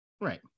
Right